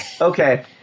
okay